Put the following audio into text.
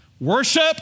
Worship